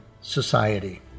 society